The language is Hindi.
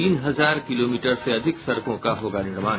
तीन हजार किलोमीटर से अधिक सड़कों का होगा निर्माण